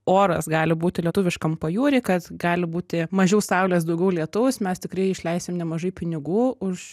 oras gali būti lietuviškam pajūry kad gali būti mažiau saulės daugiau lietaus mes tikrai išleisim nemažai pinigų už